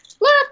look